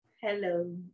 Hello